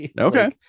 Okay